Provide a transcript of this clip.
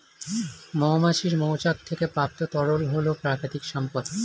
মৌমাছির মৌচাক থেকে প্রাপ্ত তরল হল প্রাকৃতিক সম্পদ